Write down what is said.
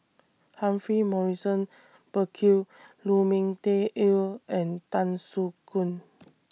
Humphrey Morrison Burkill Lu Ming Teh Earl and Tan Soo Khoon